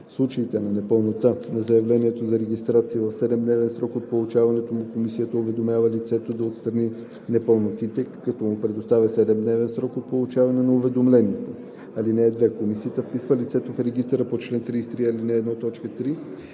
случай на непълнота на заявлението за регистрация в 7-дневен срок от получаването му комисията уведомява лицето да отстрани непълнотите, като му предоставя 7 дневен срок от получаване на уведомлението. (2) Комисията вписва лицето в регистъра по чл. 33, ал. 1,